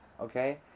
okay